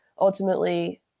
ultimately